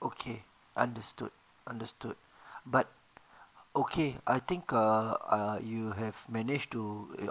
okay understood understood but okay I think err err you have managed to